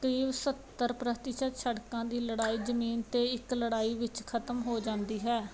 ਕਰੀਬ ਸੱਤਰ ਪ੍ਰਤੀਸ਼ਤ ਸੜਕਾਂ ਦੀ ਲੜਾਈ ਜਮੀਨ ਤੇ ਇੱਕ ਲੜਾਈ ਵਿੱਚ ਖਤਮ ਹੋ ਜਾਂਦੀ ਹੈ